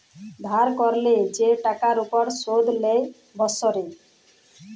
ধার ক্যরলে যে টাকার উপর শুধ লেই বসরে